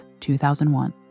2001